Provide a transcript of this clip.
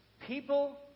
People